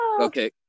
Okay